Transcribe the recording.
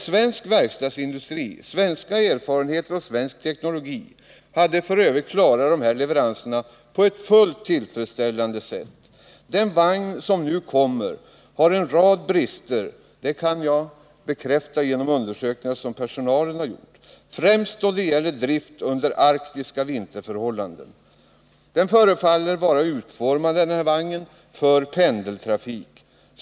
Svensk verkstadsindustri, svenska erfarenheter och svensk teknologi hade f. ö. klarat dessa leveranser på ett fullt tillfredsställande sätt. Den vagn som nu kommer har en rad brister — det kan jag bekräfta efter undersökningar som personalen gjort — främst då det gäller drift under arktiska vinterförhållanden. Den förefaller vara utformad för pendeltrafik.